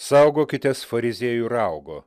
saugokitės fariziejų raugo